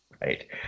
Right